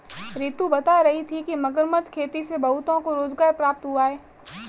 रितु बता रही थी कि मगरमच्छ खेती से बहुतों को रोजगार प्राप्त हुआ है